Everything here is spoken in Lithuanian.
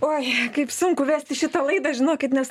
oi kaip sunku vesti šitą laidą žinokit nes